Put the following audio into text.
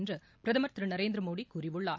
என்று பிரதமர் திரு நரேந்திரமோடி கூறியுள்ளார்